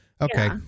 Okay